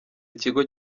ikigo